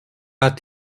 pas